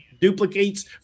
duplicates